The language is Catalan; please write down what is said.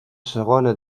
segona